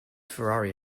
ferrari